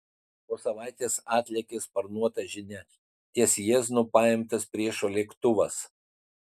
po savaitės atlėkė sparnuota žinia ties jieznu paimtas priešo lėktuvas